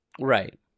Right